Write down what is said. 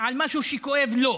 על משהו שכואב לו,